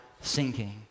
sinking